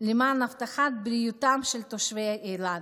למען הבטחת בריאותם של תושבי אילת,